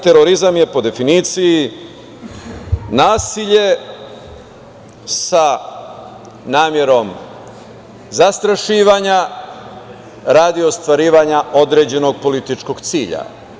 Terorizam je po definiciji nasilje sa namerom zastrašivanja radi ostvarivanja određenog političkog cilja.